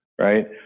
Right